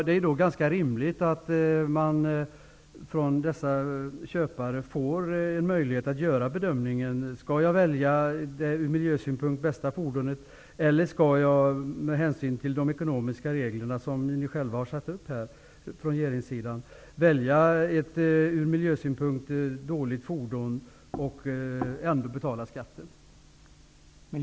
Det vore rimligt att ge dessa köpare möjlighet att kunna göra en bedömning av om de skall köpa det från miljösynpunkt bästa fordonet eller om de skall välja ett från miljösynpunkt sämre fordon med hänsyn till de ekonomiska regler som regeringen har satt upp.